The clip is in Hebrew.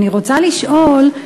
אני רוצה לשאול: